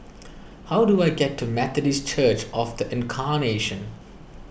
how do I get to Methodist Church of the Incarnation